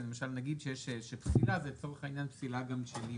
ונאמר למשל שפסילה היא לצורך העניין גם פסילה של יום.